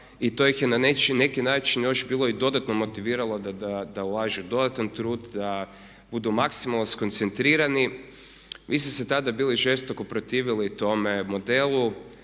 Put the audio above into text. i to ih je na neki način još bilo i dodatno motiviralo da ulažu dodatan trud, da budu maksimalno skoncentrirani. Vi ste se tada bili žestoko protivili tome modelu,